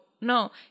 no